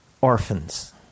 orphans